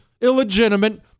illegitimate